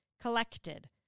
collected